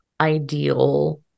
ideal